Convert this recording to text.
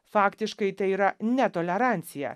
faktiškai tai yra netolerancija